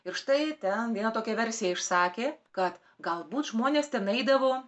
ir štai ten vieną tokią versiją išsakė kad galbūt žmonės ten eidavo